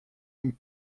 une